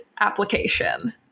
application